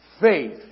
faith